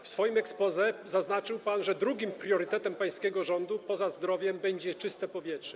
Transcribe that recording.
W swoim exposé zaznaczył pan, że drugim priorytetem pańskiego rządu, poza zdrowiem, będzie czyste powietrze.